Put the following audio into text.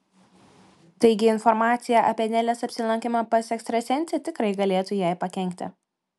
taigi informacija apie nelės apsilankymą pas ekstrasensę tikrai galėtų jai pakenkti